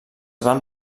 van